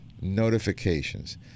notifications